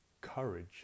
courage